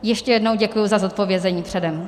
Ještě jednou děkuji za zodpovězení předem.